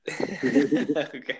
Okay